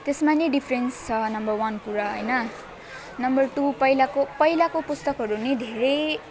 त्यसमा नै डिफ्रेन्स छ नम्बर वान कुरा होइन नम्बर टु पहिलाको पहिलाको पुस्तकहरू नै धेरै